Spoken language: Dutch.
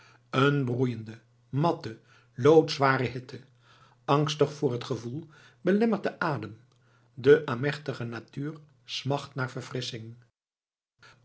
een broeiende matte loodzware hitte angstig voor het gevoel belemmert den adem de amechtige natuur smacht naar verfrissching